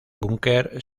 búnker